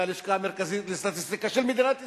מהלשכה המרכזית לסטטיסטיקה של מדינת ישראל,